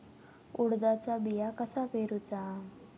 उडदाचा बिया कसा पेरूचा?